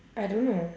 I don't know